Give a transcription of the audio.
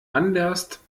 anderst